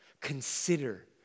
Consider